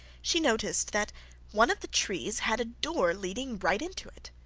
she noticed that one of the trees had a door leading right into it.